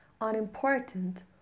unimportant